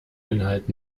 inhalt